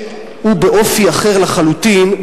שהוא באופי אחר לחלוטין,